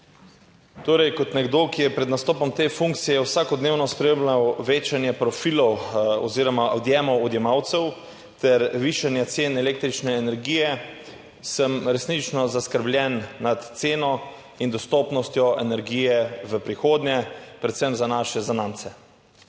kot nekdo, ki je pred nastopom te funkcije vsakodnevno spremljal večanje profilov oziroma odjemov odjemalcev ter višanje cen električne energije, sem resnično zaskrbljen nad ceno in dostopnostjo energije v prihodnje, predvsem za naše zanamce.